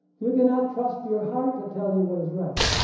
you cannot trust your heart to tell you what is right,